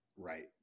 right